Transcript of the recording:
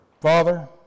Father